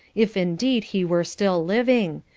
if indeed he were still living,